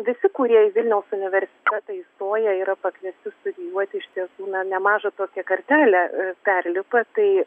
visi kurie į vilniaus universitetą įstoja yra pakviesti studijuoti iš tiesų nemažą tokią kartelę perlipa tai